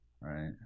right